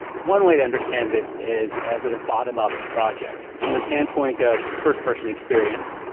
one way to understand this is as a bottom-up project. from the standpoint of first-person experience,